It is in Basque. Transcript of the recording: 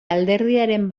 alderdiaren